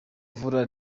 mvura